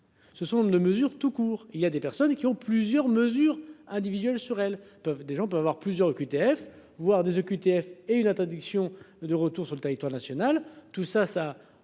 Ce sont mesures tout court, il y a des personnes qui ont plusieurs mesures individuelles sur elles peuvent déjà on peut avoir plusieurs OQTF voire des OQTF et une interdiction de retour sur le territoire national, tout ça ça